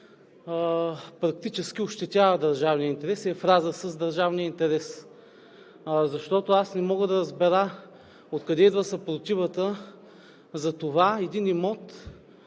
практически ощетява държавния интерес и е в разрез с държавния интерес. Защото аз не мога да разбера откъде идва съпротивата за това един имот,